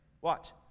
Watch